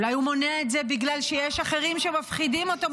אולי הוא מונע את זה בגלל שיש אחרים שמפחידים אותו,